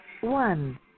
One